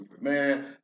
Man